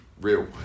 real